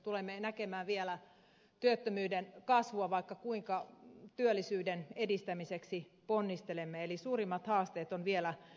tulemme näkemään vielä työttömyyden kasvua vaikka kuinka työllisyyden edistämiseksi ponnistelemme eli suurimmat haasteet ovat vielä edessämme